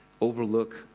overlook